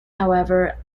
however